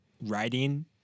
writing